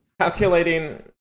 calculating